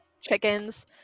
chickens